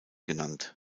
genannt